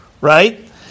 right